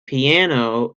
piano